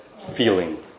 feeling